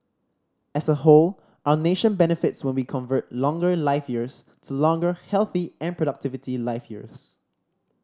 as a whole our nation benefits when we convert longer life years to longer healthy and productivity life years